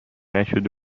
نشده